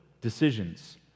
decisions